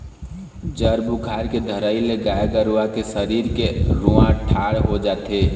जर बुखार के धरई ले गाय गरुवा के सरीर के रूआँ ठाड़ हो जाथे